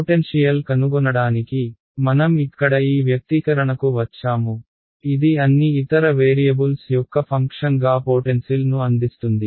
potential కనుగొనడానికి మనం ఇక్కడ ఈ వ్యక్తీకరణకు వచ్చాము ఇది అన్ని ఇతర వేరియబుల్స్ యొక్క ఫంక్షన్గా పోటెన్సిల్ ను అందిస్తుంది